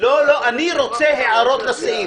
אני רוצה הערות לסעיף.